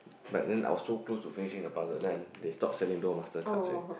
like then I was so close to finishing the puzzle then they stop selling dual master cards already